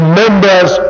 members